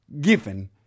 given